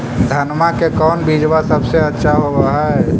धनमा के कौन बिजबा सबसे अच्छा होव है?